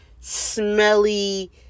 smelly